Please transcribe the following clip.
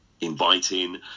inviting